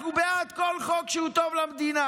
אנחנו בעד כל חוק שהוא טוב למדינה.